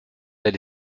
elle